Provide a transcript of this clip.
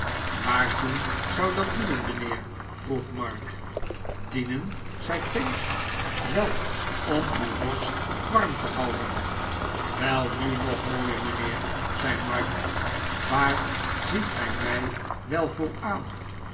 waartoe zou dat dienen mijnheer vroeg mark dienen zei pinch wel om uw borst warm te houden wel nu nog mooier mijnheer zei mark waar ziet gij mij wel voor